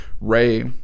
ray